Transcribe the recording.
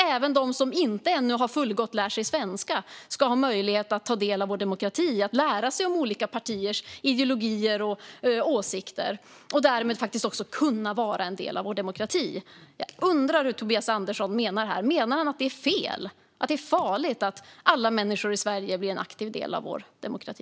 Även de som ännu inte har fullgott lärt sig svenska ska ha möjlighet att ta del av vår demokrati, lära sig om olika partiers ideologier och åsikter och därmed kunna vara en del av vår demokrati. Jag undrar hur Tobias Andersson menar här. Menar han att det är fel och farligt att alla människor i Sverige blir en aktiv del av vår demokrati?